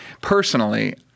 personally